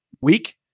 week